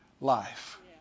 life